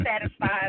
satisfied